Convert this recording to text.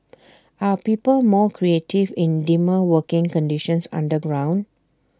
are people more creative in dimmer working conditions underground